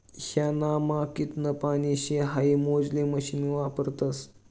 ह्यानामा कितलं पानी शे हाई मोजाले मशीन वापरतस